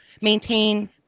maintain